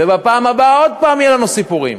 ובפעם הבאה עוד פעם יהיו לנו סיפורים.